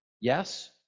Yes